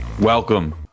welcome